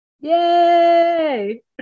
Yay